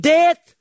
Death